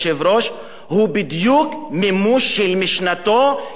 הוא בדיוק מימוש משנתו של ראש הממשלה,